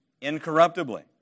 incorruptibly